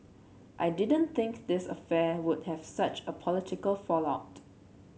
I didn't think this affair would have such a political fallout